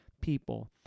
people